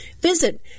Visit